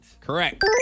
Correct